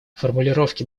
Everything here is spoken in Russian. формулировки